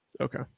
Okay